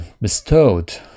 bestowed